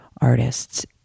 artists